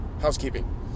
Housekeeping